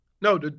No